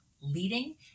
leading